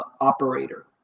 operator